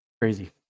Crazy